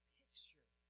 picture